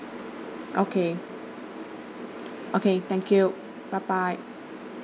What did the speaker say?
okay okay thank you bye bye